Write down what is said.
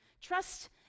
Trust